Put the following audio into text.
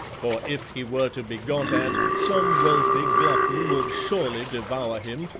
for if he were to be got at, some wealthy glutton would surely devour him,